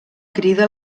crida